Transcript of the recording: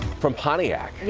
from pontiac.